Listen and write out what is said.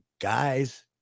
guys